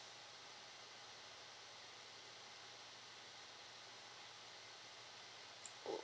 oh